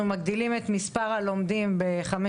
אנחנו מגדילים את מספר הלומדים בחמש